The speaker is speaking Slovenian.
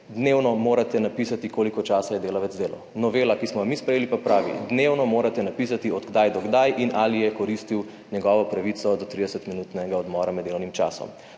dnevno morate napisati koliko časa je delavec delal. Novela, ki smo jo mi sprejeli pa pravi, dnevno morate napisati od kdaj do kdaj in ali je koristil njegovo pravico do 30 minutnega odmora med delovnim časom.